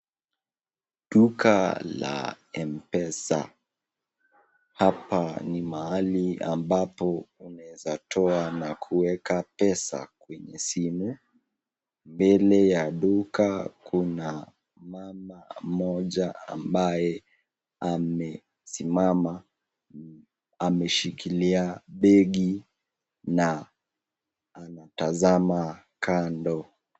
duka la M-pesa. Hapa ni mahali ambapo unaweza toa na kuweka pesa kwenye simu. Mbele ya duka kuna mama mmoja ambaye amesimama, ameshikilia begi na anatazama kando.